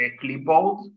clipboard